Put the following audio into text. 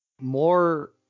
more